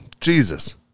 Jesus